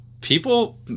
people